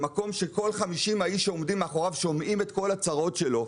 במקום שכל 50 האנשים שעומדים מאחוריו שומעים את כל הצרות שלו,